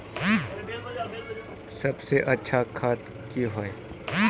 सबसे अच्छा खाद की होय?